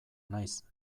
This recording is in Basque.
naiz